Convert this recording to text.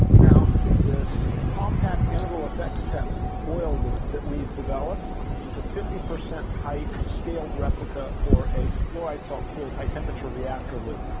now, this compact integral effects test oil loop that we've developed is a fifty percent height scaled replica for a fluoride salt cooled high temperature reactor loop.